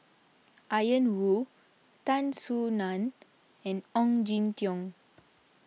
Ian Woo Tan Soo Nan and Ong Jin Teong